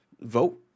vote